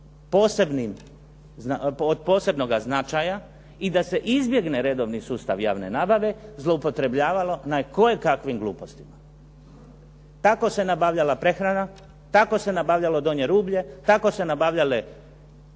posebnoga značaja i da se izbjegne redovni sustav javne nabave zloupotrebljavalo na kojekakvim glupostima. Tako se nabavljala prehrana, tako se nabavljalo donje rublje, tako se nabavljale